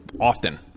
often